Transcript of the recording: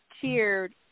cheered